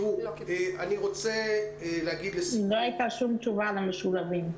לא היתה שום תשובה על המשולבים.